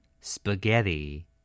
Spaghetti